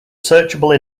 searchable